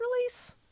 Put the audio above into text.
release